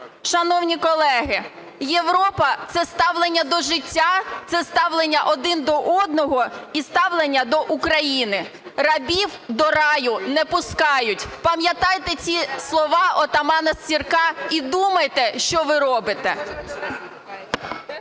Шановні колеги, Європа – це ставлення до життя, це ставлення один до одного і ставлення до України. "Рабів до раю не пускають" – пам'ятайте ці слова отамана Сірка і думайте, що ви робите.